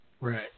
Right